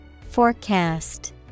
Forecast